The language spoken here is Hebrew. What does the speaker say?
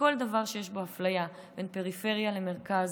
בכל דבר שיש בו אפליה בין פריפריה למרכז